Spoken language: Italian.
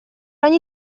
ogni